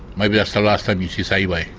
maybe that's the last time you see saibai.